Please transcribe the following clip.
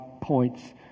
points